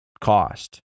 cost